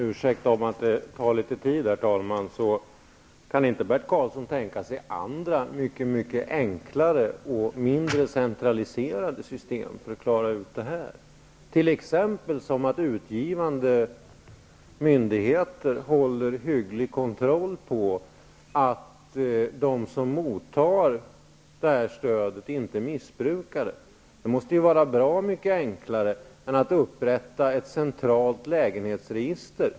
Herr talman! Jag ber om ursäkt för att det här tar litet tid. Kan inte Bert Karlsson tänka sig andra och mindre centraliserade system för att klara ut detta, t.ex. att utgivande myndigheter håller hygglig kontroll på att de som mottar stödet inte missbrukar det? Det måste vara bra mycket enklare än att upprätta ett centralt lägenhetsregister.